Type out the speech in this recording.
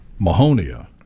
mahonia